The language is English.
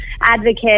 advocate